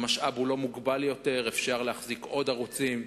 המשאב כבר לא מוגבל, אפשר להחזיק עוד ערוצים,